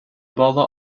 balla